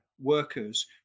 workers